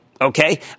okay